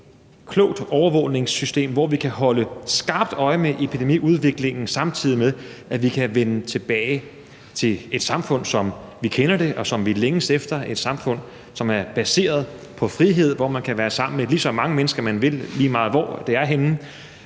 et klogt overvågningssystem, hvor vi kan holde skarpt øje med epidemiudviklingen, samtidig med at vi kan vende tilbage til et samfund, som vi kender det, og som vi længes efter; et samfund, som er baseret på frihed, hvor man kan være sammen med lige så mange mennesker, man vil, lige meget hvor det er henne